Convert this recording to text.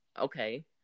Okay